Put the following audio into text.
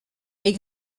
est